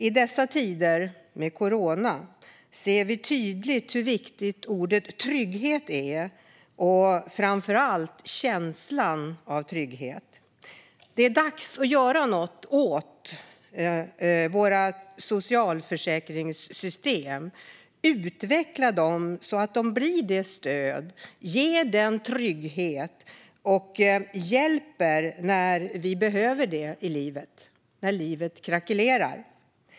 I dessa tider med corona ser vi tydligt hur viktigt ordet trygghet är och framför allt känslan av trygghet. Det är dags att göra något åt våra socialförsäkringssystem och att utveckla dem så att de blir det stöd och ger den trygghet vi behöver och hjälper i livet när livet krackelerar.